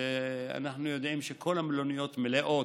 ואנחנו יודעים שכל המלוניות מלאות,